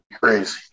crazy